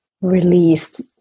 released